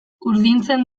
urdintzen